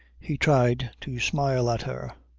he tried to smile at her.